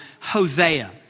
Hosea